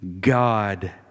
God